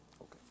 Okay